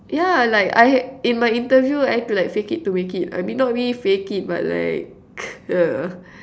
yeah like I in my interview I had to like fake it to make it I mean not really fake it but like uh